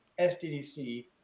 SDDC